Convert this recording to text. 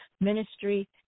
ministry